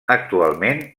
actualment